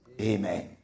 Amen